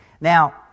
Now